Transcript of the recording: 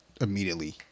immediately